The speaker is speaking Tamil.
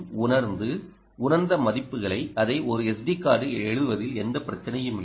உணர்ந்து உணர்ந்த மதிப்புகளை அதை ஒரு SD கார்டில் எழுதுவதில் எந்த பிரச்சனையும் இல்லை